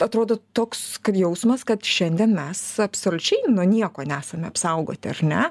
atrodo toks jausmas kad šiandien mes absoliučiai nuo nieko nesame apsaugoti ar ne